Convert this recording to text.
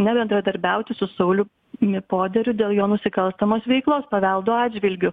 nebendradarbiauti su sauliumi poderiu dėl jo nusikalstamos veiklos paveldo atžvilgiu